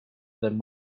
than